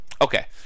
Okay